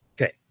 okay